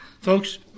folks